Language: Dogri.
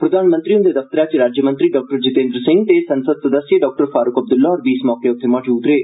प्रधानमंत्री हंदे दफ्तरै च राज्यमंत्री डाक्टर जीतेन्द्र सिंह ते संसद सदस्य डाक्टर फारूक अब्दुल्ला होर बी इस मौके मौजूद रेय